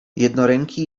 jednoręki